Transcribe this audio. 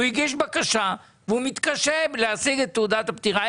הוא הגיש בקשה והוא מתקשה להשיג את תעודת הפטירה.